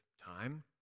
time